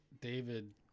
david